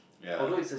ya